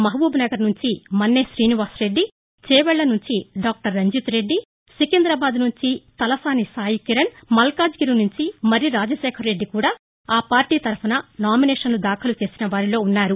మహబూబ్నగర్ నుంచి మన్నే శ్రీనివాస్రెడ్దిచేవెళ్ళ నుంచి డాక్టర్ రంజిత్రెడ్డి సికిందాబాద్ నుంచి తలసాని సాయికిరణ్ మల్కాజ్గిరి నుంచి మరి రాజశేఖరరెడ్డి కూడా ఆ పార్లీ తరఫున నామినేషన్లు దాఖలు చేసినవారిలో ఉన్నారు